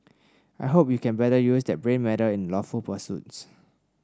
I hope you can better use that brain matter in lawful pursuits